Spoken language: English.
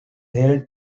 held